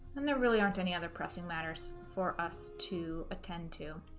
then there really aren't any other pressing matters for us to attend to